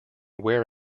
wear